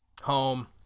Home